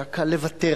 היה קל לוותר,